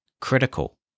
critical